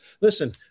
Listen